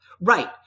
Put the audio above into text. Right